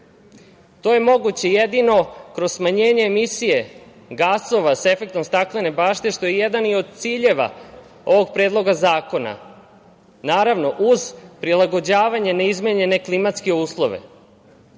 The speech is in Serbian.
To je moguće jedino kroz smanjenje emisije gasova sa efektom „staklene bašte“, što je jedan i od ciljeva ovog Predloga zakona, naravno uz prilagođavanje neizmenjene klimatske